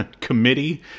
committee